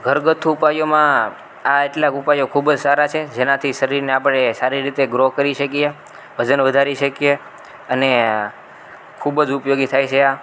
ઘરગથ્થું ઉપાયોમાં આ કેટલાક ઉપાયો ખૂબ જ સારા છે જેનાથી શરીરને આપણે સારી રીતે ગ્રો કરી શકીએ વજન વધારી શકીએ અને ખૂબ જ ઉપયોગી થાય છે